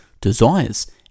desires